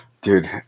dude